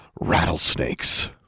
Rattlesnakes